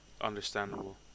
understandable